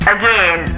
again